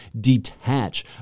detach